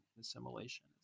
assimilation